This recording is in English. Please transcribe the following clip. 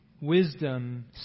wisdom